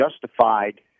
justified